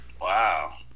Wow